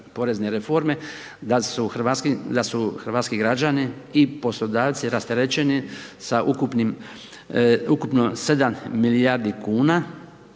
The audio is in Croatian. da su hrvatski građani i poslodavci rasterećeni sa ukupno 7 milijardi kn,